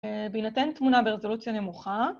בהינתן תמונה ברזולוציה נמוכה.